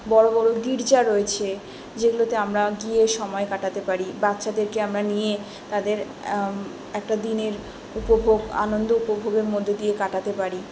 বড়ো বড়ো গির্জা রয়েছে যেগুলোতে আমরা গিয়ে সময় কাটাতে পারি বাচ্চাদেরকে আমরা নিয়ে তাদের একটা দিনের উপভোগ আনন্দ উপভোগের মধ্যে দিয়ে কাটাতে পারি